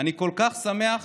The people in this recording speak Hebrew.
אני כל כך שמח